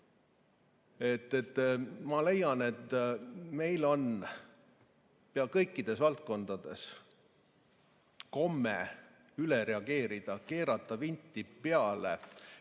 leian, et meil on pea kõikides valdkondades komme üle reageerida, keerata vinti peale.